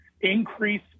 increase